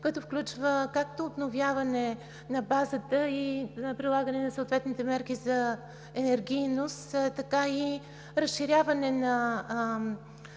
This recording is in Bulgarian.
който включва както обновяване на базата и прилагане на съответните мерки за енергийност, така и разширяване на базата